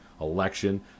election